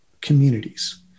communities